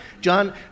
John